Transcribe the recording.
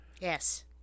Yes